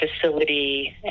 facility